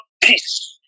peace